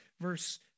verse